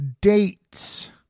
Dates